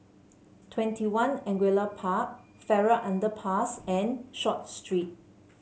WwentyOne Angullia Park Farrer Underpass and Short Street